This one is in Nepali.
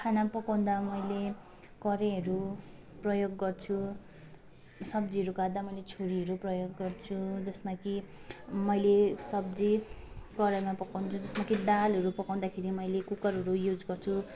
खाना पकाउँदा मैले कराहीहरू प्रयोग गर्छु सब्जीहरू काट्दा मैले छुरीहरू प्रयोग गर्छु जसमा कि मैले सब्जी कराहीमा पकाउँछु जसमा कि दालहरू पकाउँदाखेरि मैले कुकरहरू युज गर्छु